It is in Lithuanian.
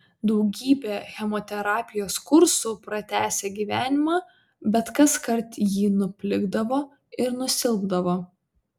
daugybė chemoterapijos kursų pratęsė gyvenimą bet kaskart ji nuplikdavo ir nusilpdavo